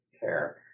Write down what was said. care